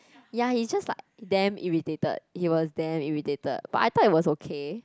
ya he's just like damn irritated he was damn irritated but I thought he was okay